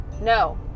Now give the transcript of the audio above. no